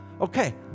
Okay